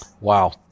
Wow